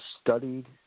studied